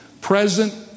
present